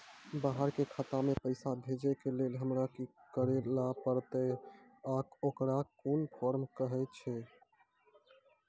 बाहर के खाता मे पैसा भेजै के लेल हमरा की करै ला परतै आ ओकरा कुन फॉर्म कहैय छै?